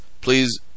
please